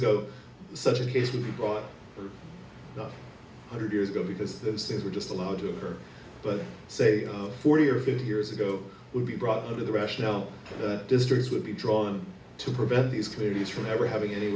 ago such a case can be brought one hundred years ago because those things were just allowed to occur but say forty or fifty years ago would be brought under the rationale that districts would be drawn to prevent these communities from ever having any